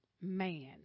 Man